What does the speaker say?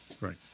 Right